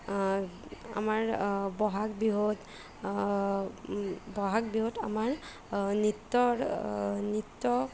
আমাৰ বহাগ বিহুত বহাগ বিহুত আমাৰ নৃত্যৰ নৃত্য